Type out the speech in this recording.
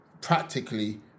practically